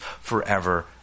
forever